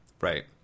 right